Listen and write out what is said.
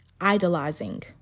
idolizing